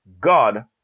God